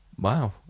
Wow